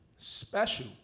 Special